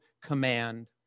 command